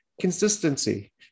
consistency